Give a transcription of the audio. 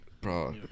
Bro